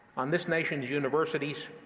on this nation's universities,